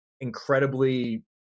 incredibly